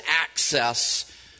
access